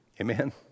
Amen